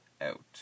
out